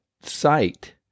sight